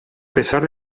pesar